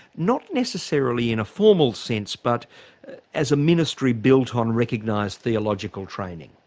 not necessarily in a formal sense but as a ministry built on recognised theological training?